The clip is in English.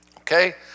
Okay